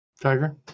Tiger